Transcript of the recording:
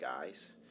guys